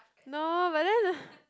no but then